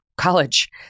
college